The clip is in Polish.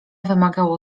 wymagało